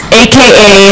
aka